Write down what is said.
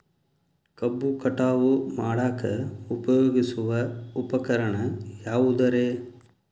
ಕಬ್ಬು ಕಟಾವು ಮಾಡಾಕ ಉಪಯೋಗಿಸುವ ಉಪಕರಣ ಯಾವುದರೇ?